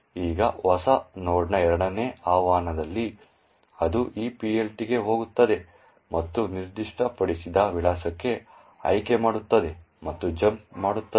ಈಗ ಹೊಸ ನೋಡ್ನ ಎರಡನೇ ಆಹ್ವಾನದಲ್ಲಿ ಅದು ಈ PLT ಗೆ ಹೋಗುತ್ತದೆ ಮತ್ತು ನಿರ್ದಿಷ್ಟಪಡಿಸಿದ ವಿಳಾಸಕ್ಕೆ ಆಯ್ಕೆಮಾಡುತ್ತದೆ ಮತ್ತು ಜಂಪ್ ಮಾಡುತ್ತದೆ